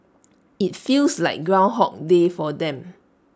IT feels like groundhog day for them